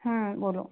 हाँ बोलो